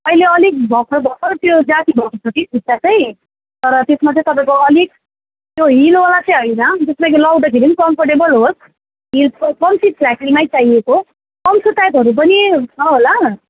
अहिले अलिक भर्खरभर्खर त्यो जाती भएको छ कि खुट्टा चाहिँ तर त्यसमा चाहिँ तपाईँको अलिक त्यो हिलवाला चाहिँ होइन जसमा कि लाउँदाखेरि पनि कम्फोर्टेबल होस् हिल कम्ती फ्लाट हिलमै चाहिएको पम्सू टाइपहरू पनि छ होला